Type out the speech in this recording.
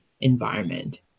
environment